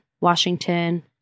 Washington